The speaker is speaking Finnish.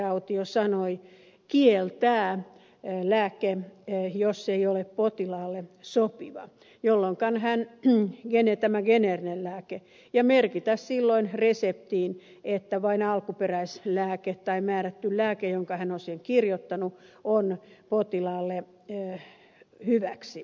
autio sanoi kieltää lääke jos se ei ole potilaalle sopiva siis tämä geneerinen lääke ja merkitä silloin reseptiin että vain alkuperäislääke tai määrätty lääke jonka hän on siihen kirjoittanut on potilaalle hyväksi